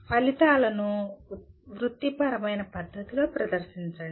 ఫలితాలను వృత్తిపరమైన పద్ధతిలో ప్రదర్శించండి